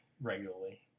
regularly